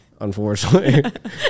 Unfortunately